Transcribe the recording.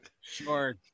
Sure